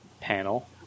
panel